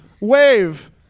Wave